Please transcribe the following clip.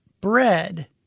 bread